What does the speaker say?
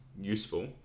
useful